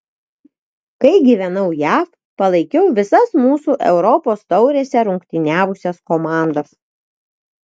kai gyvenau jav palaikiau visas mūsų europos taurėse rungtyniavusias komandas